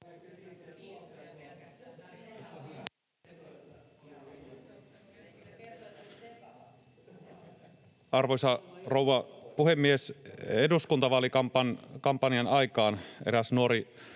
Arvoisa rouva puhemies! Eduskuntavaalikampanjan aikaan eräs nuori